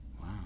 Wow